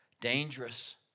dangerous